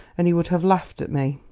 and he would have laughed at me.